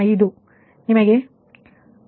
0 ಎಂದು ತಿಳಿದಿದೆ